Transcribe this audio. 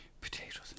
Potatoes